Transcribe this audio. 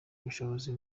ubushobozi